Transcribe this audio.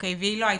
והיא לא הייתה.